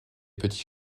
petits